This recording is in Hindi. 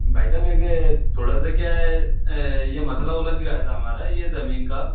भाई साहब ऐसे थोड़ा सा क्या है ये मसला उलझ गया था हमारा ये ज़मीन का